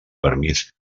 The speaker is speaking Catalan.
permís